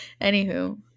anywho